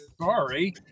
Sorry